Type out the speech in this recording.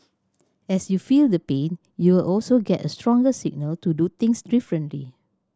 as you feel the pain you will also get a stronger signal to do things differently